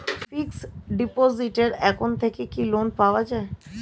Fix ডিপোজিটের এখান থেকে কি লোন পাওয়া যায়?